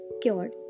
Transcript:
cured